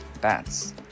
bats